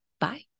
Bye